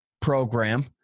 program